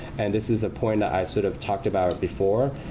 and this is a point that i sort of talked about before.